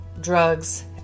drugs